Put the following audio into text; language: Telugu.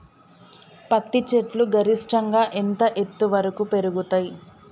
పత్తి చెట్లు గరిష్టంగా ఎంత ఎత్తు వరకు పెరుగుతయ్?